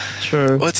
true